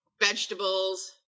vegetables